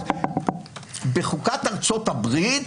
בחוקת ארצות הברית